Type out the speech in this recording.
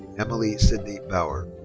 emily sydney bauer.